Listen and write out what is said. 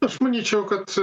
aš manyčiau kad